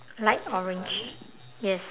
light orange yes